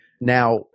Now